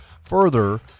further